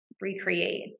recreate